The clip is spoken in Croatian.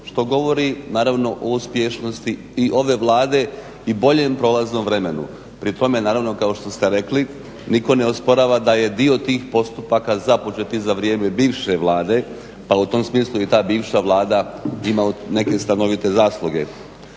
što govori naravno o uspješnosti i ove Vlade i boljem prolaznom vremenu, pri tome naravno kao što ste rekli, nitko ne osporava da je dio tih postupaka za početak i za vrijeme bivše Vlade pa u tom smislu i ta bivša Vlada ima neke stanovite zasluge